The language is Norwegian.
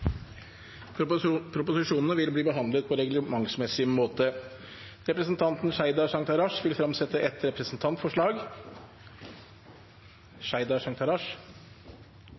helsetenesta. Forslagene vil bli behandlet på reglementsmessig måte. Presidenten vil